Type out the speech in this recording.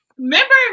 Remember